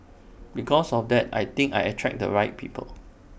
because of that I think I attract the right people